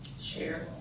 Share